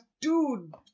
dude